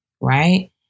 Right